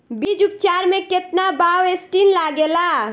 बीज उपचार में केतना बावस्टीन लागेला?